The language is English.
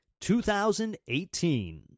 2018